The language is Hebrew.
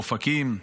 באופקים,